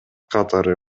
катары